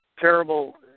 terrible